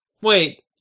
Wait